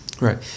right